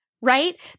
right